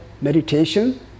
meditation